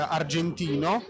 argentino